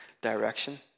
direction